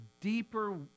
deeper